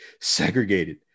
segregated